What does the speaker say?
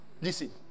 Listen